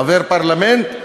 חבר פרלמנט,